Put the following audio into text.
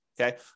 Okay